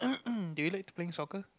do you like to playing soccer